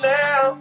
now